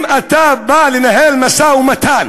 אם אתה בא לנהל משא-ומתן